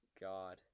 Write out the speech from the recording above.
God